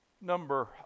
number